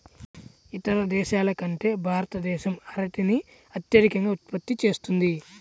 ఇతర దేశాల కంటే భారతదేశం అరటిని అత్యధికంగా ఉత్పత్తి చేస్తుంది